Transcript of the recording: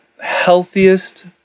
healthiest